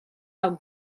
how